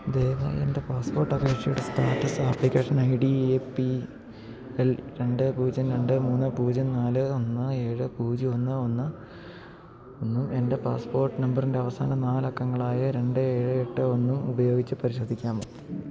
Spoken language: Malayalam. ദയവായി എൻ്റെ പാസ്പോർട്ട് അപേക്ഷയുടെ status application I D A P L രണ്ട് പൂജ്യം രണ്ട് മൂന്ന് പൂജ്യം നാല് ഒന്ന് ഏഴ് പൂജ്യം ഒന്ന് ഒന്ന് ഒന്നും എൻ്റെ പാസ്പോർട്ട് നമ്പറിൻ്റെ അവസാന നാലക്കങ്ങളായ രണ്ട് ഏഴ് എട്ട് ഒന്നും ഉപയോഗിച്ച് പരിശോധിക്കാമോ